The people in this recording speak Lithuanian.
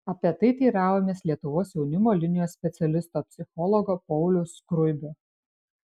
apie tai teiravomės lietuvos jaunimo linijos specialisto psichologo pauliaus skruibio